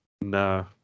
no